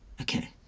Okay